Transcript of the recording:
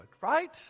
right